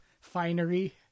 finery